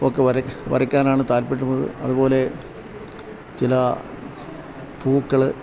ഒക്കെ വരയ്ക്കാനാണ് താൽപര്യപ്പെടുന്നത് അതുപോലെ ചില പൂക്കൾ